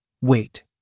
Wait